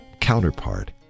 counterpart